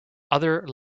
other